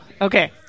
Okay